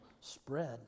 spread